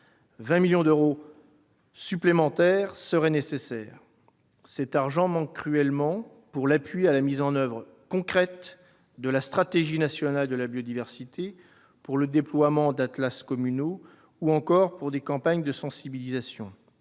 20 millions d'euros supplémentaires seraient nécessaires. Cet argent manque cruellement pour l'appui à la mise en oeuvre concrète de la Stratégie nationale pour la biodiversité, pour le déploiement d'atlas communaux ou encore pour des campagnes de sensibilisation,